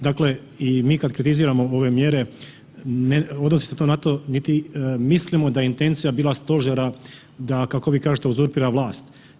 Dakle, i mi kad kritiziramo ove mjere, ne odnosi se to na to niti mislimo da je intencija bila Stožera da, kako vi kažete, uzurpira vlast.